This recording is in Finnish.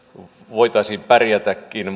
voitaisiin pärjätäkin